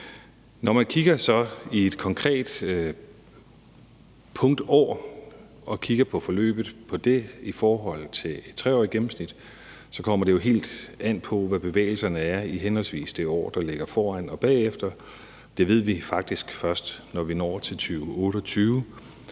Når man så kigger på et konkret punktår og kigger på forløbet i det år i forhold til et 3-årigt gennemsnit, så kommer det jo helt an på, hvad bevægelserne er i henholdsvis det år, der ligger foran, og det, der ligger bagefter. Det ved vi faktisk først, når vi når til 2028,